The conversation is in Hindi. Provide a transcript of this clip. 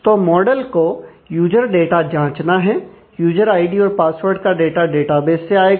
तो मॉडल को यूजर डाटा जांचना है यूजर आईडी और पासवर्ड का डाटा डेटाबेस से आएगा